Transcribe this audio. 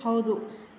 ಹೌದು